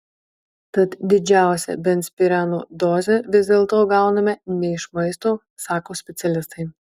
tad didžiausią benzpireno dozę vis dėlto gauname ne iš maisto sako specialistai